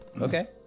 okay